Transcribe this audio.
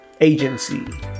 agency